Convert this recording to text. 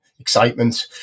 Excitement